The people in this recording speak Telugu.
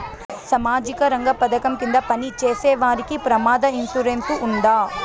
సామాజిక రంగ పథకం కింద పని చేసేవారికి ప్రమాద ఇన్సూరెన్సు ఉందా?